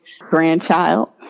grandchild